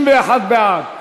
61 בעד,